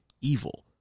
evil